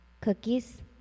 cookies